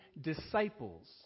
disciples